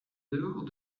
dehors